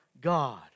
God